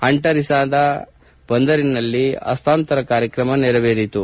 ಅಂಟರಿಸನಾನ ಬಂದರಿನಲ್ಲಿ ಹಸ್ನಾಂತರ ಕಾರ್ಯಕ್ರಮ ನೆರವೇರಿತು